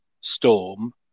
Storm